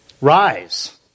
Rise